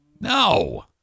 No